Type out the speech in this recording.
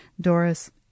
Doris